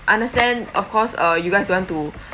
understand of course uh you guys don't want to